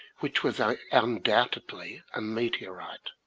which was undoubtedly a meteorite.